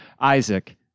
Isaac